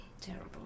Terrible